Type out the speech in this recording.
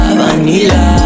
vanilla